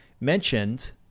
mentioned